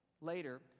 Later